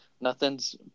Nothing's